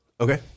Okay